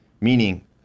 Meaning